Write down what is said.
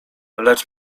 lecz